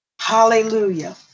Hallelujah